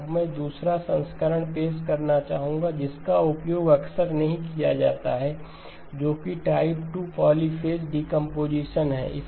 अब मैं दूसरा संस्करण पेश करना चाहूंगा जिसका उपयोग अक्सर नहीं किया जाता है जो कि टाइप 2 पॉलीफ़ेज़ डीकंपोजीशन है